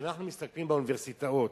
שכשאנחנו מסתכלים באוניברסיטאות,